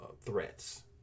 threats